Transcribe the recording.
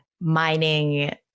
mining